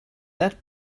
that